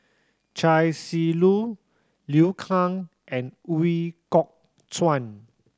Chia Shi Lu Liu Kang and Ooi Kok Chuen